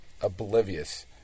oblivious